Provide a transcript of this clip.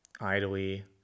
idly